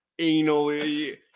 anally-